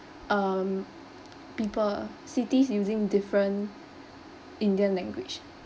um people cities using different indian language